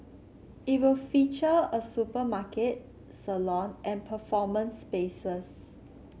it will feature a supermarket salon and performance spaces